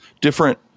different